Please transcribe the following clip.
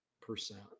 percent